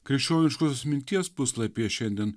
krikščioniškosios minties puslapyje šiandien